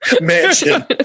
mansion